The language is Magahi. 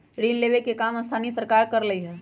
ऋण लेवे के काम स्थानीय सरकार करअलई